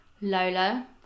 Lola